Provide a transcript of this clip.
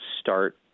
start